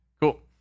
Cool